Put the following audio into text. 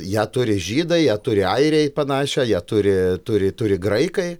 ją turi žydai ją turi airiai panašią jie turi turi turi graikai